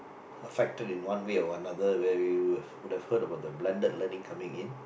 her factory in one way or another where would've would have heard of the blended learning coming in